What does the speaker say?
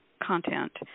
content